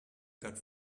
got